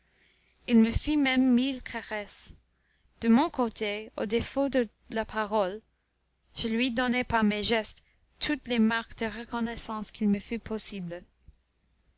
il me fit même mille caresses de mon côté au défaut de la parole je lui donnai par mes gestes toutes les marques de reconnaissance qu'il me fut possible